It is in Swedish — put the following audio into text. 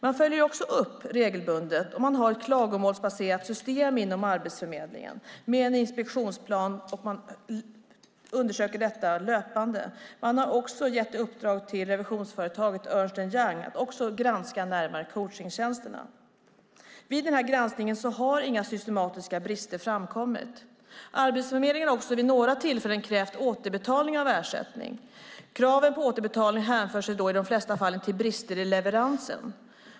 Man genomför regelbundet uppföljningar och har ett klagomålsbaserat system inom Arbetsförmedlingen med en inspektionsplan. Man undersöker detta löpande. Man har gett i uppdrag till revisionsföretaget Ernst & Young att närmare granska coachningstjänsterna. Vid granskningen har inga systematiska brister framkommit. Arbetsförmedlingen har också vid några tillfällen krävt återbetalning av ersättning. Kraven på återbetalning hänför sig då i de flesta fall till brister i leveransen.